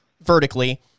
vertically